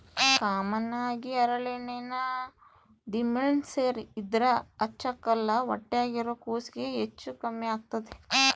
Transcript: common ಆಗಿ ಹರಳೆಣ್ಣೆನ ದಿಮೆಂಳ್ಸೇರ್ ಇದ್ರ ಹಚ್ಚಕ್ಕಲ್ಲ ಹೊಟ್ಯಾಗಿರೋ ಕೂಸ್ಗೆ ಹೆಚ್ಚು ಕಮ್ಮೆಗ್ತತೆ